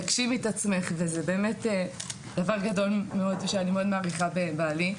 תגשימי את עצמך וזה באמת דבר גדול מאוד ושאני מאוד מעריכה בבעלי.